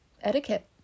etiquette